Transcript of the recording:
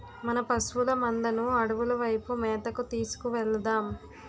మన పశువుల మందను అడవుల వైపు మేతకు తీసుకు వెలదాం